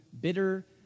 bitter